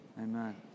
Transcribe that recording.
Amen